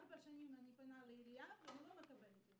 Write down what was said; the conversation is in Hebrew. ארבע שנים אני פונה לעירייה ואני לא מקבלת את זה.